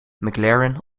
mclaren